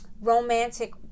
romantic